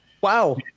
wow